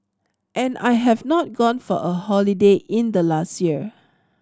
and I have not gone for a holiday in the last year